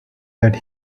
that